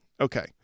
Okay